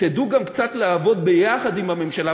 תדעו גם קצת לעבוד ביחד עם הממשלה,